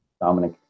Dominic